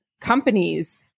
companies